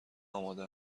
آماده